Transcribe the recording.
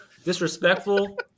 Disrespectful